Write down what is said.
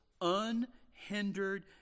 unhindered